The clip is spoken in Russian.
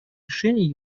решений